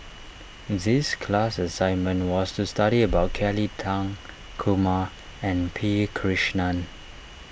this class assignment was to study about Kelly Tang Kumar and P Krishnan